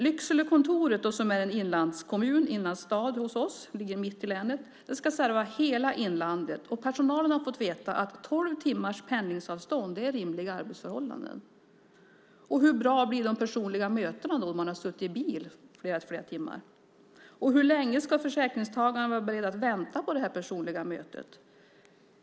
Lycksele är en inlandskommun, en inlandsstad som ligger mitt i länet. Kontoret där ska serva hela inlandet. Personalen har fått veta att tolv timmars pendlingsavstånd är rimliga arbetsförhållanden. Hur bra blir de personliga mötena när man har suttit i bil i flera timmar? Och hur länge ska försäkringstagarna vara beredda att vänta på det här personliga mötet?